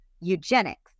eugenics